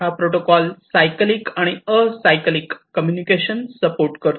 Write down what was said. हा protocol cyclic आणि acyclic communication support करतो